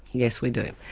yes, we do.